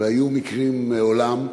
והיו מקרים מעולם,